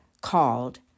called